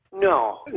No